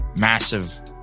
massive